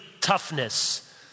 toughness